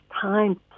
time